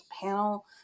panel